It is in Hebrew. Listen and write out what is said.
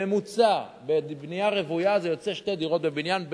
בממוצע בבנייה רוויה זה יוצא שתי דירות בבניין.